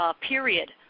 period